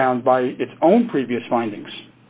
be bound by its own previous findings